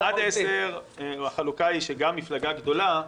עד 10 החלוקה היא שגם מפלגה גדולה,